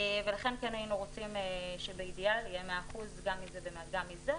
ולכן כן היינו רוצים שבאידיאל יהיה 100% גם מזה וגם מזה,